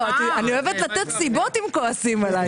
אני אוהבת לתת סיבות אם כועסים עליי,